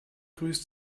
grüßt